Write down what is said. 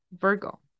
Virgo